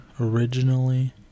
Originally